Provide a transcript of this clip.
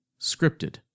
scripted